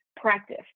practice